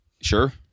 Sure